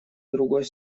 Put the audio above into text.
другой